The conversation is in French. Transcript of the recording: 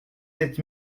sept